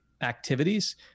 activities